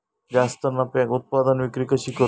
जास्त नफ्याक उत्पादन विक्री कशी करू?